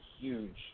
huge